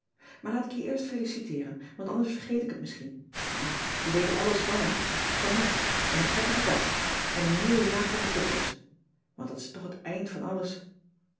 maar laat ik je eerst feliciteeren want anders vergeet ik het misschien nou je weet er alles van hè van harte en een prettige dag en een nieuwe jaap in de toekomst want dat is toch het eind van alles